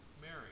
Mary